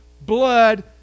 blood